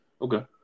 Okay